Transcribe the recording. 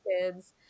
kids